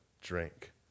drink